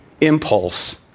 impulse